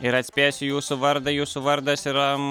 ir atspėsiu jūsų vardą jūsų vardas yra